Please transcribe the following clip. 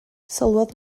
sylwodd